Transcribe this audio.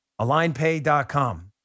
AlignPay.com